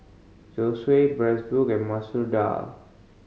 Zosui Bratwurst and Masoor Dal